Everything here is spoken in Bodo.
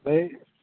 बै